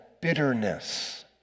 bitterness